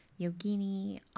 yogini